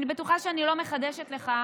אני בטוחה שאני לא מחדשת לך,